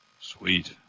Sweet